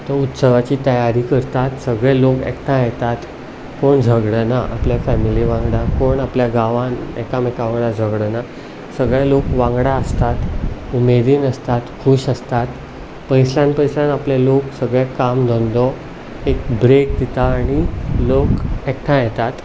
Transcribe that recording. तो उत्सवाची तयारी करतात सगळे लोक एकठांय येतात कोण झगडना आपल्या फेमिली वांगडा कोण आपल्या गांवांत एकामेका वांगडा झगडना सगळे लोक वांगडा आसतात उमेदीन आसतात खूश आसतात पयसल्यान पयसल्यान आपले लोक सगळे काम धंदो एक ब्रेक दिता आनी लोक एकठांय येतात